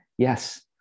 Yes